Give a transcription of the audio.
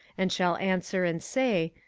and shall answer and say,